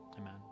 Amen